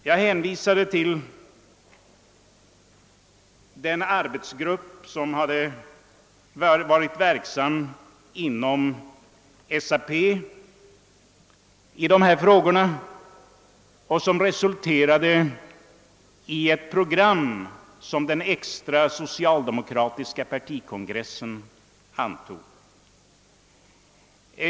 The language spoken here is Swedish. Jag hänvisade till den arbetsgrupp som inom SAP sysslat med dessa frågor och vars arbete resulterat i ett program, som den socialdemokratiska extra partikongressen antog.